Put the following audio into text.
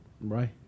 Right